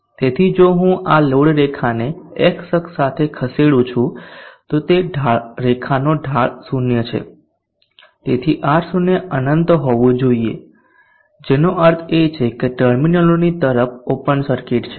તેથી જો હું આ લોડ રેખાને x અક્ષ સાથે ખસેડું છું તો તે રેખાનો ઢાળ 0 છે તેથી R0 અનંત હોવું જોઈએ જેનો અર્થ છે કે આ ટર્મિનલોની તરફ ઓપન સર્કિટ છે